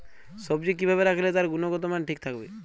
সবজি কি ভাবে রাখলে তার গুনগতমান ঠিক থাকবে?